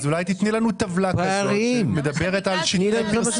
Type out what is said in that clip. אז אולי תיתני לנו טבלה כזאת שמדברת על --- הפרסום.